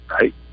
right